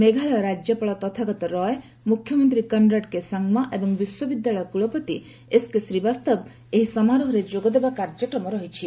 ମେଘାଳୟ ରାଜ୍ୟପାଳ ତଥାଗତ ରୟ ମୁଖ୍ୟମନ୍ତ୍ରୀ Conrad K Sangma ଏବଂ ବିଶ୍ୱବିଦ୍ୟାଳୟ କୁଳପତି ଏସ୍କେ ଶ୍ରୀବାସ୍ତବ ଏହି ସମାରୋହରେ ଯୋଗଦେବା କାର୍ଯ୍ୟକ୍ରମ ରହିଛି